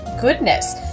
Goodness